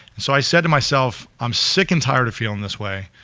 so i said to myself, i'm sick and tired of feeling this way,